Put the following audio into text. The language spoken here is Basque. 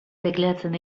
tekleatzen